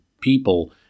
people